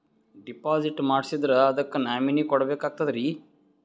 Deposit ಮಾಡ್ಸಿದ್ರ ಅದಕ್ಕ nominee ಕೊಡಬೇಕಾಗ್ತದ್ರಿ?